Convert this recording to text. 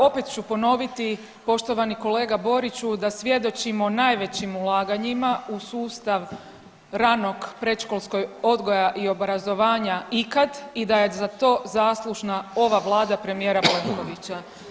Opet ću ponoviti poštovani kolega Boriću da svjedočimo najvećim ulaganjima u sustav ranog predškolskog odgoja i obrazovanja ikad i da je za to zaslužna ova vlada premijera Plenkovića.